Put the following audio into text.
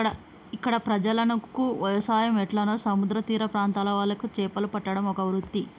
ఇక్కడ ప్రజలకు వ్యవసాయం ఎట్లనో సముద్ర తీర ప్రాంత్రాల వాళ్లకు చేపలు పట్టడం ఒక వృత్తి